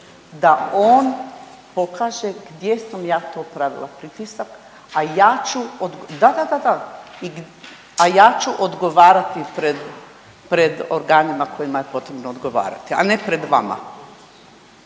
da on pokaže gdje sam ja to pravila pritisak, a ja ću, da, da, da, a ja ću odgovarati pred, pred organima kojima je potrebno odgovarati, a ne pred vama.